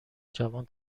جوان